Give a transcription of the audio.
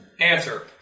Answer